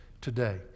today